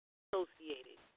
associated